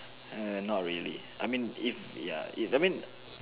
err not really I mean if ya I mean